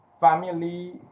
family